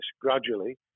gradually